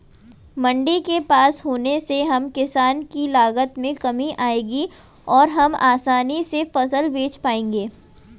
मंडी के पास होने से हम किसान की लागत में कमी आएगी और हम आसानी से फसल बेच पाएंगे